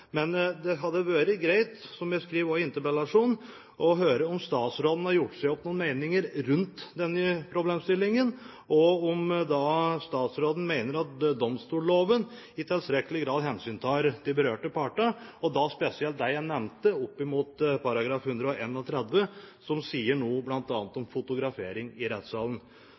men det hadde vært greit, som jeg også skriver i interpellasjonen, å høre om statsråden har gjort seg opp noen mening rundt denne problemstillingen, og om statsråden mener at domstolloven i tilstrekkelig grad hensyntar de berørte parter – og da spesielt dem jeg nevnte – opp mot § 131, som sier noe om bl.a. fotografering i rettssalen.